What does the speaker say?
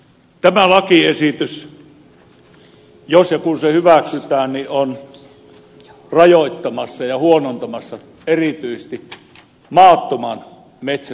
tämä lakiesitys jos ja kun se hyväksytään on rajoittamassa ja huonontamassa erityisesti maattoman metsästysoikeuksia